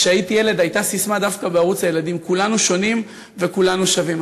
כשהייתי ילד הייתה ססמה דווקא בערוץ הילדים: כולנו שונים וכולנו שווים.